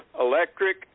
electric